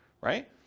right